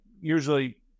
usually